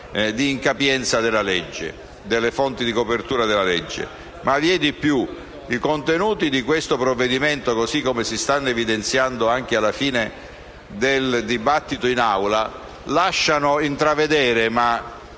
di incapienza delle fonti di copertura della legge. Ma vi è di più: i contenuti di questo provvedimento, così come si stanno evidenziando alla fine del dibattito in Aula, lasciano intravedere in